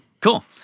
Cool